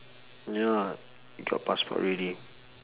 ya you got passport already